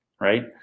Right